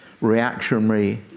reactionary